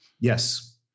Yes